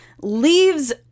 leaves